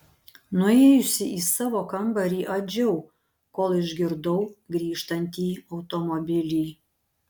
nuėjusi į savo kambarį adžiau kol išgirdau grįžtantį automobilį